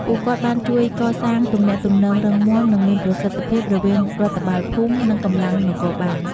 ពួកគាត់បានជួយកសាងទំនាក់ទំនងរឹងមាំ និងមានប្រសិទ្ធភាពរវាងរដ្ឋបាលភូមិ និងកងកម្លាំងនគរបាល។